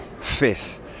fifth